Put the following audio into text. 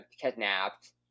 kidnapped